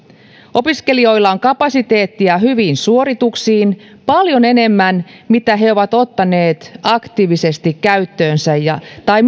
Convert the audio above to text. opiskelijoilla on kapasiteettia hyviin suorituksiin paljon enemmän kuin he ovat ottaneet aktiivisesti käyttöönsä tai